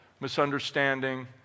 misunderstanding